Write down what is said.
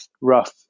rough